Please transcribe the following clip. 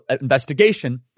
investigation